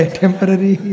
temporary